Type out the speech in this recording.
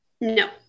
No